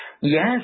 Yes